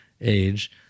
age